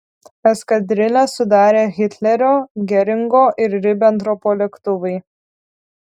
eskadrilę sudarė hitlerio geringo ir ribentropo lėktuvai